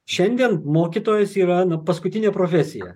šiandien mokytojas yra na paskutinė profesija